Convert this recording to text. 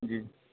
جی